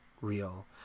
real